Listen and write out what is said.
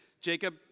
Jacob